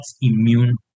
immune